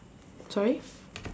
sorry